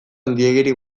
handiegirik